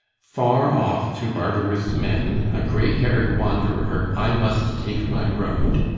far off to barbarous men, a grey-haired wanderer, i must take my road.